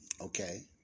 okay